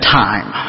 time